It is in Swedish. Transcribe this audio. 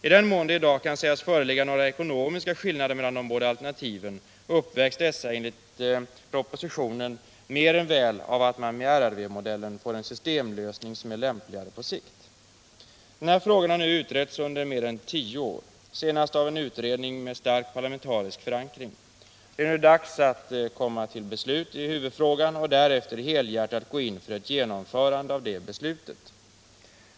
I den mån det i dag kan sägas föreligga några ekonomiska skillnader mellan de båda alternativen uppvägs dessa enligt regeringens bedömning mer än väl av att man med RRV-modellen får en systemlösning som är lämpligare på sikt. Den här frågan har nu utretts under mer än tio år — senast av en utredning med stark parlamentarisk förankring. Det är nu dags att komma till ett beslut i huvudfrågan och därefter helhjärtat gå in för ett genomförande av beslutet.